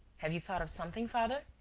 have you thought of something, father?